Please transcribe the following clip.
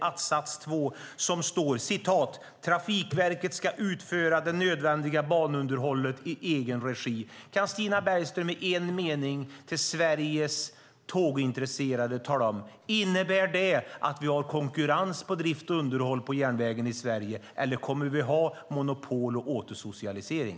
Det står: "Trafikverket ska utföra det nödvändiga banunderhållet i egen regi." Kan Stina Bergström i en mening tala om för Sveriges tågintresserade om det innebär att vi har konkurrens på drift och underhåll på järnvägen i Sverige? Eller kommer vi att ha monopol och återsocialisering?